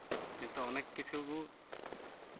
ᱛᱳ ᱚᱱᱮᱠ ᱠᱤᱪᱷᱩ ᱵᱳ